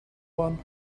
one